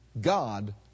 God